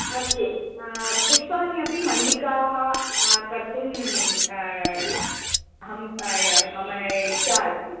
अस्तु पुष्पाणि अपि मल्लिकाः कर्तुं अहं मम इच्छा अस्ति